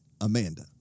Amanda